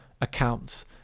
accounts